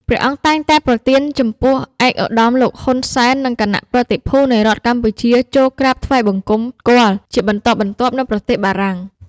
ព្រះអង្គតែងតែប្រទានចំពោះឯកឧត្តម លោក ហ៊ុន សែន និងគណៈប្រតិភូនៃរដ្ឋកម្ពុជាចូលក្រាបថ្វាយបង្គំគាល់ជាបន្តបន្ទាប់នៅ ប្រទេសបារំាង។